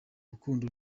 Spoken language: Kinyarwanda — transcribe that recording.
rukundo